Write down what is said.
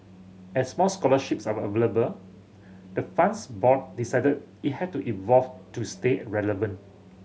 as more scholarships are available the fund's board decided it had to evolve to stay relevant